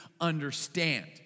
understand